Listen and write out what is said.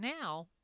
now